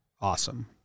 Awesome